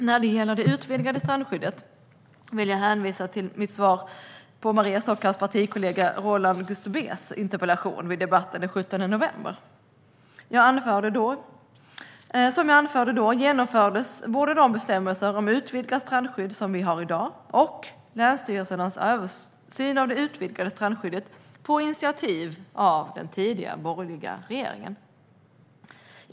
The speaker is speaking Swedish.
När det gäller det utvidgade strandskyddet vill jag hänvisa till mitt svar på Maria Stockhaus partikollega Roland Gustbées interpellation vid debatten den 17 november. Som jag anförde då genomfördes både de bestämmelser om utvidgat strandskydd som vi har i dag och länsstyrelsernas översyn av det utvidgade strandskyddet på initiativ av den tidigare borgerliga regeringen.